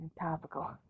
Topical